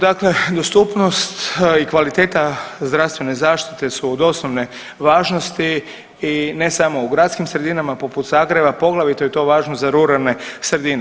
Dakle, dostupnost i kvaliteta zdravstvene zaštite su od osnovne važnosti i ne samo u gradskim sredinama poput Zagreba, poglavito je to važno za ruralne sredine.